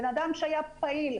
בן אדם שהיה פעיל.